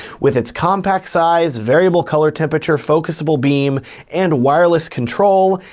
with its compact size, variable color temperature, focusable beam and wireless control,